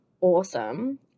awesome